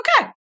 okay